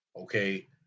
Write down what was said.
okay